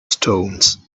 stones